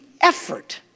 effort